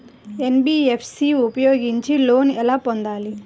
NBFC ఉపయోగించి loan ఎలా పొందాలి?